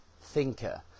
thinker